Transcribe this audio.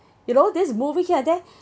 you know this moving here and there